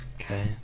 Okay